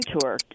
tour